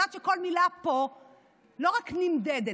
יודעת שכל מילה פה לא רק נמדדת,